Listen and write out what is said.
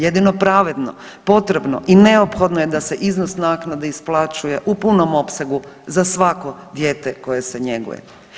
Jedino pravedno, potrebno i neophodno je da se iznos naknade isplaćuje u punom opsegu za svako dijete koje se njeguje.